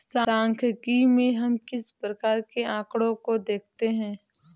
सांख्यिकी में हम किस प्रकार के आकड़ों को देखते हैं?